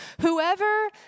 whoever